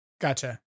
Gotcha